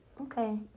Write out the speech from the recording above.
Okay